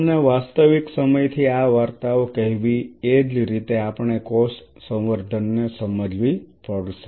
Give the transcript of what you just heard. તમને વાસ્તવિક સમયથી આ વાર્તાઓ કહેવી એ જ રીતે આપણે કોષ સંવર્ધન ને સમજવી પડશે